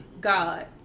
God